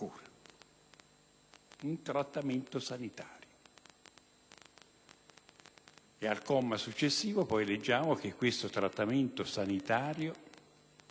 un trattamento sanitario. Al comma successivo si legge poi che questo trattamento sanitario